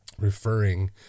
referring